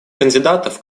кандидатов